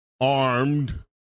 armed